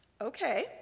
Okay